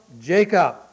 Jacob